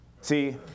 See